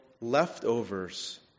leftovers